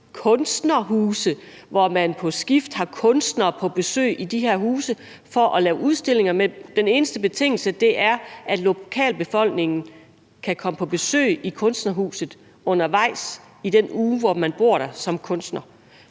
kunstnerhuse, hvor man på skift har kunstnere på besøg i de her huse for at lave udstillinger. Den eneste betingelse er, at lokalbefolkningen kan komme på besøg i kunstnerhuset i løbet af den uge, hvor kunstneren